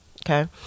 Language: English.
Okay